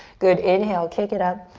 good, inhale, kick it up.